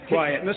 Quiet